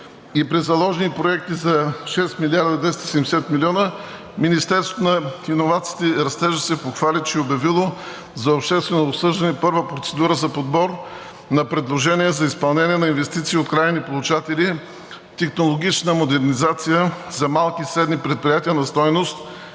и при заложени проекти за шест милиарда и двеста и седемседет милиона, Министерството на иновациите и растежа се похвали, че е обявило за обществено обсъждане първа процедура за подбор на предложение за изпълнение на инвестиции от крайни получатели – „Технологична модернизация за малки и средни предприятия“, на стойност